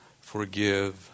forgive